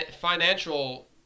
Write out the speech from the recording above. financial